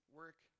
work